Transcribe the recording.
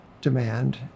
demand